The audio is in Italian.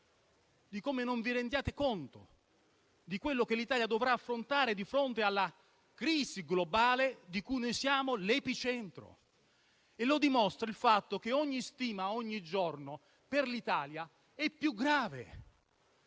di come non vi rendiate conto di ciò che l'Italia dovrà affrontare di fronte alla crisi globale di cui noi siamo l'epicentro. Lo dimostra il fatto che ogni stima per l'Italia è ogni